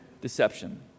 deception